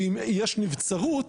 שאם יש נבצרות,